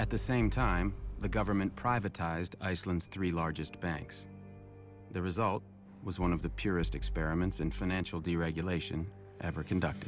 at the same time the government privatized iceland's three largest banks the result was one of the purest experiments in financial deregulation ever conduct